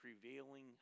prevailing